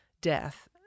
death